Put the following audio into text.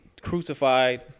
crucified